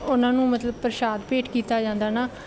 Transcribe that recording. ਉਹਨਾਂ ਨੂੰ ਮਤਲਬ ਪ੍ਰਸ਼ਾਦ ਭੇਟ ਕੀਤਾ ਜਾਂਦਾ ਨਾ